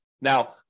Now